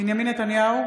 בנימין נתניהו,